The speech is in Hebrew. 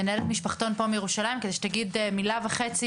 מנהלת משפחתון פה מירושלים כדי שתגיד מילה וחצי,